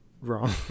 wrong